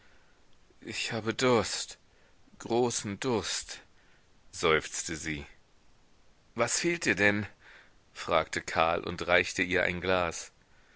ich habe durst großen durst seufzte sie was fehlt dir denn fragte karl und reichte ihr ein glas